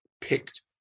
picked